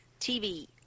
TV